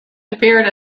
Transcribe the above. appeared